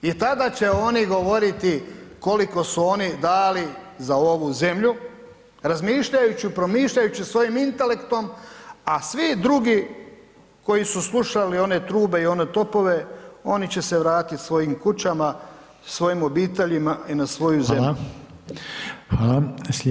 I tada će oni govoriti koliko su oni dali za ovu zemlju, razmišljajući i promišljajući svojim intelektom a svi drugi koji su slušali one trube i one topove oni će se vratit svojim kućama, svojim obiteljima i na svoju zemlju.